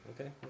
Okay